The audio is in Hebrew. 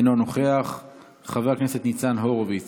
אינו נוכח, חבר הכנסת ניצן הורוביץ,